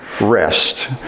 rest